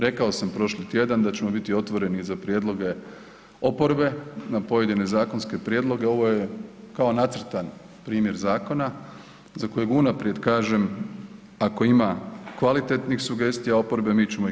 Rekao sam prošli tjedan da ćemo biti otvorene za prijedloge oporbe na pojedine zakonske prijedloge, ovo je kao nacrtan primjer zakona za kojeg unaprijed kažem ako ima kvalitetnih sugestija oporbe mi ćemo ih